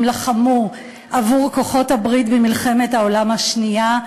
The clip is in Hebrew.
לחמו עבור כוחות בעלות-הברית במלחמת העולם השנייה,